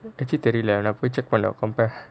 தெரில நான் போய்:terila naan poi check பண்ண:panna compare